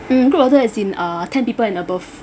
mm group order as in uh ten people and above